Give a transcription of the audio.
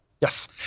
Yes